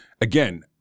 again